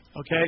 Okay